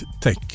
take